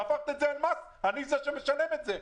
הפכו את זה למס ואני מי שמשלם את זה.